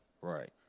Right